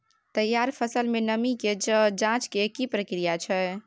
तैयार फसल में नमी के ज जॉंच के की प्रक्रिया छै?